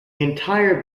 entire